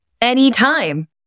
anytime